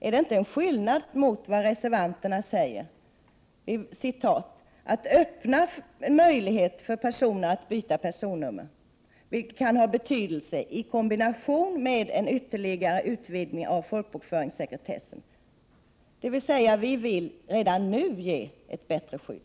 Är det inte en skillnad mellan detta uttalande och vad reservanterna säger: ”-— att öppna en möjlighet för personer att i vissa extremfall kunna byta personnummer, vilket kan ha betydelse i kombination med en ytterligare utvidgning av folkbokföringssekretessen”, dvs. att vi redan nu vill ge ett bättre skydd.